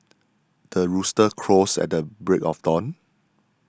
the rooster crows at the break of dawn